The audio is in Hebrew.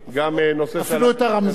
אפילו את הרמזור של טיבי אתה עשית.